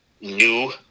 new